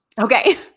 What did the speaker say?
Okay